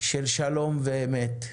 של שלום ואמת,